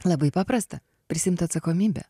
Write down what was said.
labai paprasta prisiimt atsakomybę